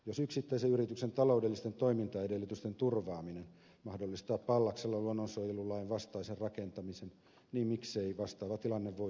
jos yksittäisen yrityksen taloudellisten toimintaedellytysten turvaaminen mahdollistaa pallaksella luonnonsuojelulain vastaisen rakentamisen niin miksei vastaava tilanne voisi syntyä muuallakin